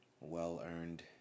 Well-earned